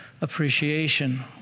appreciation